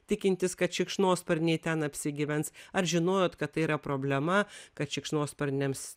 tikintis kad šikšnosparniai ten apsigyvens ar žinojot kad tai yra problema kad šikšnosparniams